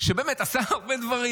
שבאמת עשה הרבה דברים.